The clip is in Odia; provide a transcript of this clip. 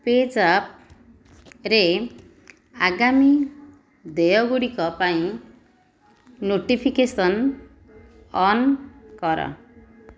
ପେଜାପ୍ରେ ଆଗାମୀ ଦେୟ ଗୁଡ଼ିକ ପାଇଁ ନୋଟିଫିକେସନ୍ ଅନ୍ କର